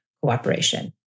cooperation